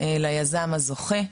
ליזם הזוכה,